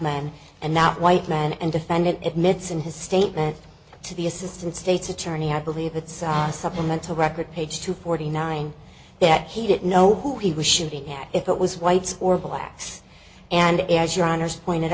man and not white man and defendant at mit's in his statement to the assistant state's attorney i believe it's a supplemental record page two forty nine that he didn't know who he was shooting at if it was whites or blacks and as your honour's pointed